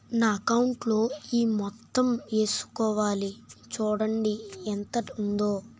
నా అకౌంటులో ఈ మొత్తం ఏసుకోవాలి చూడండి ఎంత ఉందో